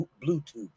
Bluetooth